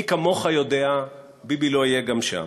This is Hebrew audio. מי כמוך יודע, ביבי לא יהיה גם שם.